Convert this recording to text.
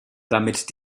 damit